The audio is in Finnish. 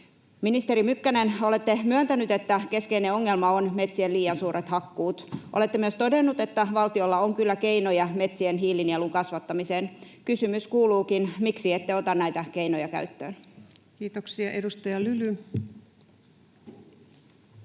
Ministeri Mykkänen, olette myöntänyt, että keskeinen ongelma on metsien liian suuret hakkuut. Olette myös todennut, että valtiolla on kyllä keinoja metsien hiilinielun kasvattamiseen. Kysymys kuuluukin: miksi ette ota näitä keinoja käyttöön? Kiitoksia. — Edustaja Lyly.